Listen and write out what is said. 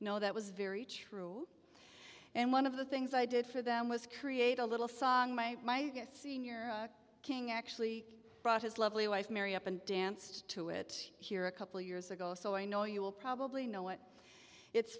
know that was very true and one of the things i did for them was create a little song my senior king actually brought his lovely wife mary up and danced to it here a couple of years ago so i know you will probably know what it's